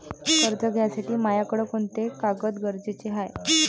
कर्ज घ्यासाठी मायाकडं कोंते कागद गरजेचे हाय?